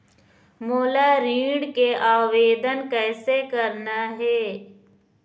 मोला ऋण के आवेदन कैसे करना हे?